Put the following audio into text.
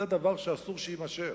זה דבר שאסור שיימשך.